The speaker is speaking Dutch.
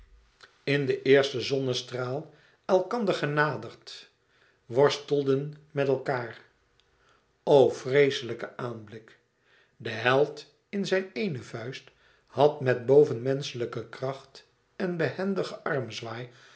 in den eersten zonnestraal elkander genaderd worstelden met elkaâr o vreeslijke aanblik de held in zijn eene vuist had met bovenmenschlijke kracht en behendigen